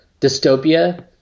dystopia